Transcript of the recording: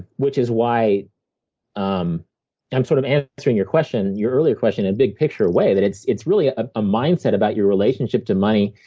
which is why um i'm sort of answering your question your earlier question in a big picture way, that it's it's really ah a mindset about your relationship to money,